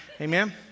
Amen